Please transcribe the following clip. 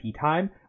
time